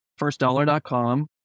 Firstdollar.com